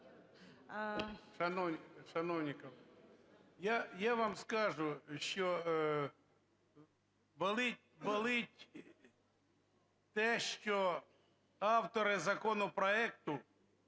Шановні колеги, я вам скажу, що болить те, що автори законопроекту